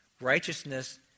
righteousness